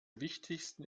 wichtigsten